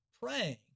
praying